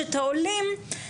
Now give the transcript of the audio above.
מורשת העולים,